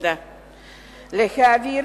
להעביר